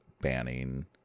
banning